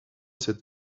cette